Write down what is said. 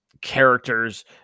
characters